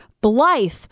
Blythe